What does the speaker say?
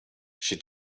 she